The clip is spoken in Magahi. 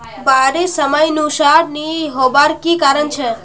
बारिश समयानुसार नी होबार की कारण छे?